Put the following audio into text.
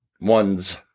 Ones